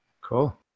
Cool